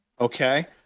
Okay